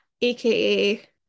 aka